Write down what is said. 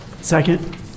Second